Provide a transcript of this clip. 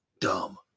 Dumb